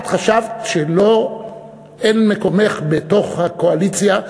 את חשבת שאין מקומך בתוך הקואליציה,